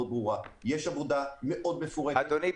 ברורה: יש עבודה מאוד מפורטת -- אדוני,